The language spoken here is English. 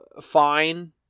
fine